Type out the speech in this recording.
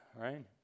right